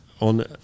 on